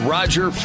Roger